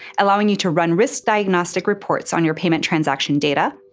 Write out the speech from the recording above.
allowing you to run risk diagnostic reports on your payment transaction data,